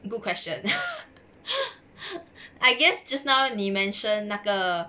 good question I guess just now 你 mention 那个